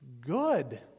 Good